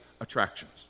attractions